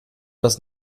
das